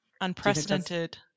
unprecedented